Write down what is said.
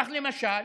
כך למשל,